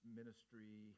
ministry